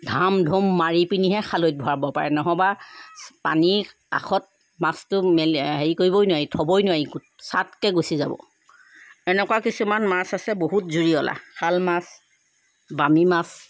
ধাম ধুম মাৰিপেনিহে খালৈত ভৰাব পাৰে নহ'বা পানী কাষত মাছটো মেলি হেৰি কৰিবই নোৱাৰি থবই নোৱাৰি ছাটকৈ গুচি যাব এনকুৱা কিছুমান মাছ আছে বহুত জুৰিঅলা শাল মাছ বামী মাছ